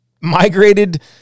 migrated